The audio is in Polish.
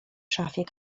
szafie